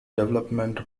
development